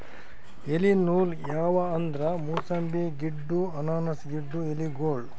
ಎಲಿ ನೂಲ್ ಯಾವ್ ಅಂದ್ರ ಮೂಸಂಬಿ ಗಿಡ್ಡು ಅನಾನಸ್ ಗಿಡ್ಡು ಎಲಿಗೋಳು